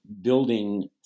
building